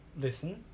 listen